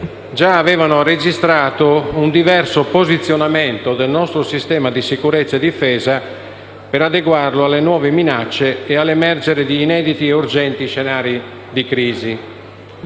già avevano registrato un diverso posizionamento del nostro sistema di sicurezza e difesa per adeguarlo alle nuove minacce e all'emergere di inediti e urgenti scenari di crisi.